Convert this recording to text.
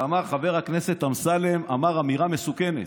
שאמר: חבר הכנסת אמסלם אמר אמירה מסוכנת.